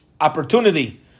opportunity